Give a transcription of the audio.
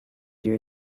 your